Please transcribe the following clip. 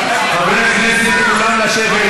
חברת הכנסת זועבי,